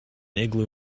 igloo